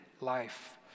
life